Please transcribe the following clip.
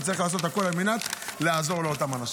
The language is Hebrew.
וצריך לעשות הכול על מנת לעזור לאותם אנשים.